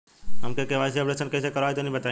हम KYC updation कइसे करवाई तनि बताई?